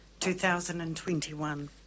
2021